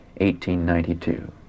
1892